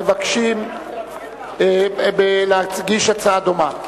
המבקשים להגיש הצעה דומה.